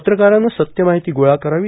पत्रकारांन सत्य माहिती गोळा करावी